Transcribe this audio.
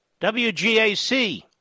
WGAC